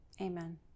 Amen